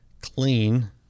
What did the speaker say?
clean